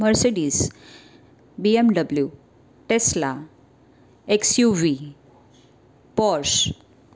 Mercedes BMW Tesla XUV Porsche